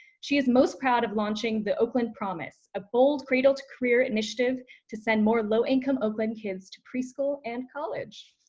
she is most proud of launching the oakland promise, a bold cradle to career initiative to send more low-income oakland kids to preschool and college.